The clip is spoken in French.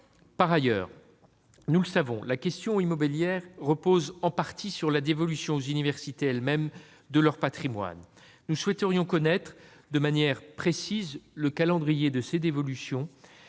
Par ailleurs, nous le savons, la réponse à la question immobilière repose en partie sur la dévolution aux universités elles-mêmes de leur patrimoine. Nous souhaitons connaître de manière précise le calendrier de ces dévolutions.